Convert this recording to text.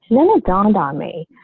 then it dawned on me.